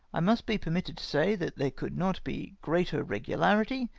i must be permitted to say that there could not be greater regularity,